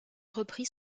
reprit